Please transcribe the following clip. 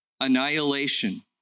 annihilation